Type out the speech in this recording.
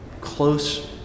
close